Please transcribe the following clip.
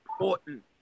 important